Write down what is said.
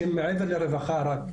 שהם מעבר רק לרווחה.